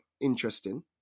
interesting